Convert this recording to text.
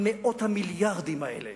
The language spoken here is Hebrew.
עם מאות המיליארדים האלה,